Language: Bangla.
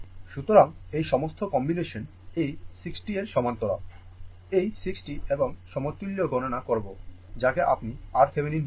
সুতরাং এই সমস্ত কম্বিনেশন এই 60 এর সমান্তরাল এই 60 এবং সমতুল্য গণনা করবো যাকে আপনি RThevenin বলেন